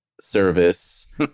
service